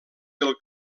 del